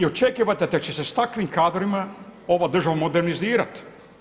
I očekivati da će se sa takvim kadrovima ova država modernizirati.